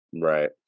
Right